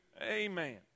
Amen